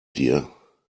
dir